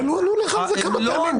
אבל ענו לך על זה כמה פעמים,